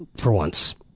for once.